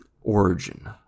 origin